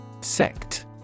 Sect